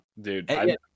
dude